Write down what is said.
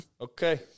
Okay